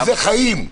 וזה חיים.